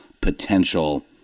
potential